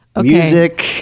music